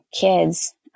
kids